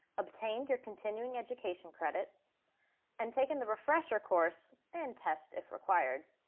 obtained your continuing education credits and taken the refresher course and test if required,